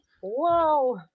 Whoa